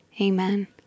Amen